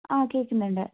ആഹ് കേൾക്കുന്നുണ്ട്